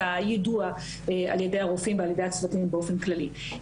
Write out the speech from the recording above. היידוע על ידי הרופאים ועל ידי הצוותים באופן כללי.